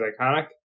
iconic